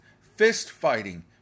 fist-fighting